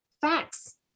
Facts